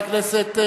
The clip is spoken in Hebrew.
חבר הכנסת,